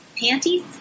panties